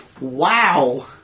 Wow